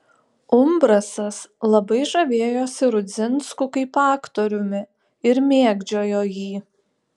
umbrasas labai žavėjosi rudzinsku kaip aktoriumi ir mėgdžiojo jį